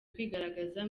kwigaragaza